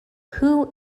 who